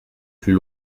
plus